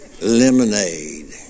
lemonade